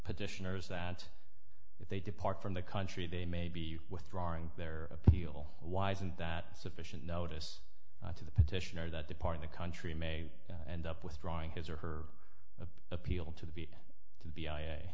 petitioners that if they depart from the country they may be withdrawing their appeal why isn't that sufficient notice to the petitioner that the part of the country may end up withdrawing his or her appeal to be to be i